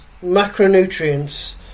macronutrients